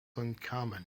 uncommon